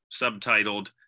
subtitled